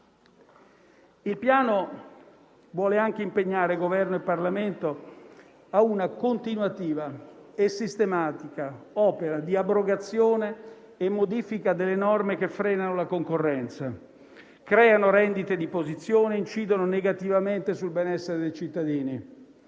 Il Piano vuole anche impegnare Governo e Parlamento a una continuativa e sistematica opera di abrogazione e modifica delle norme che frenano la concorrenza, creano rendite di posizione e incidono negativamente sul benessere dei cittadini.